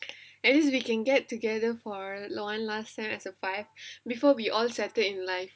at least we can get together for like one last time as a five before we all settled in life